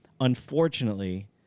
unfortunately